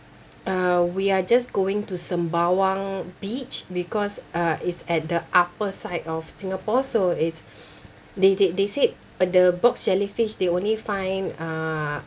uh we are just going to sembawang beach because uh it's at the upper side of Singapore so it's they they they said uh the box jellyfish they only find uh